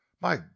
My